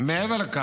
מעבר לכך